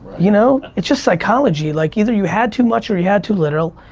you know it's just psychology, like either you had too much or you had too little,